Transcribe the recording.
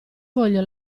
voglio